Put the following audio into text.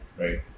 right